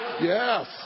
Yes